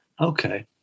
Okay